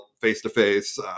face-to-face